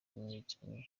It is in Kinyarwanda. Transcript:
umwicanyi